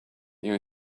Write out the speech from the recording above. you